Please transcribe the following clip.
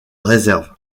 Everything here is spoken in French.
réserve